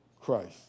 Christ